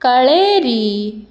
कळेरी